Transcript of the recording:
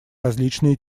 различные